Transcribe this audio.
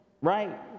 right